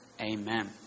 Amen